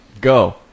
Go